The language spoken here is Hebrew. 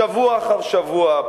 שבוע אחר שבוע,